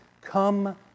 come